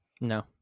No